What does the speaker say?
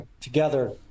together